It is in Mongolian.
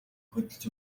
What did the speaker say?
хөдөлж